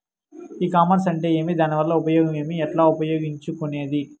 ఈ కామర్స్ అంటే ఏమి దానివల్ల ఉపయోగం ఏమి, ఎట్లా ఉపయోగించుకునేది?